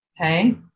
Okay